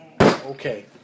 Okay